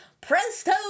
presto